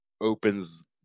opens